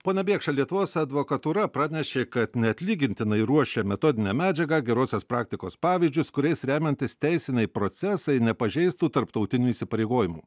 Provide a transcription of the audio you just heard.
pone bėkša lietuvos advokatūra pranešė kad neatlygintinai ruošia metodinę medžiagą gerosios praktikos pavyzdžius kuriais remiantis teisiniai procesai nepažeistų tarptautinių įsipareigojimų